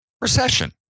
Recession